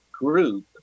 group